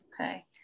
Okay